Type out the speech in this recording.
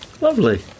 lovely